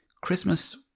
Christmas